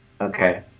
Okay